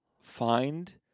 find